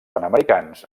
panamericans